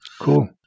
Cool